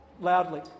loudly